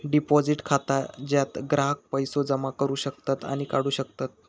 deposit खाता ज्यात ग्राहक पैसो जमा करू शकतत आणि काढू शकतत